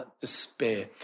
despair